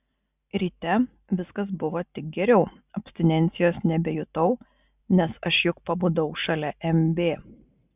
ryte viskas buvo tik geriau abstinencijos nebejutau nes aš juk pabudau šalia mb